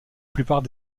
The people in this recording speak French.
plupart